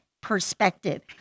perspective